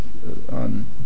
On